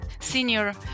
senior